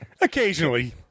Occasionally